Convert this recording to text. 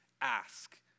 ask